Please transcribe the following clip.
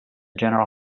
general